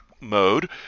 mode